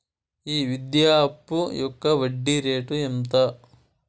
ఈ విద్యా అప్పు యొక్క వడ్డీ రేటు ఎంత?